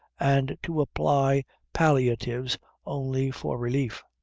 and to apply palliatives only for relief.